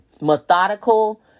methodical